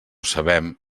sabem